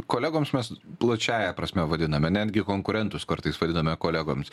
kolegoms mes plačiąja prasme vadiname netgi konkurentus kartais vadiname kolegomis